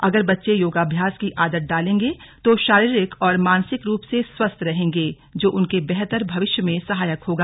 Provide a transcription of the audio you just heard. अगर बच्चे योगाभ्यास की आदत डालेंगे तो शारीरिक और मानसिक रूप से स्वस्थ रहेंगे जो उनके बेहतर भविष्य में सहायक होगा